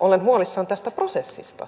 olen huolissani tästä prosessista